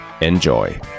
Enjoy